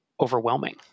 overwhelming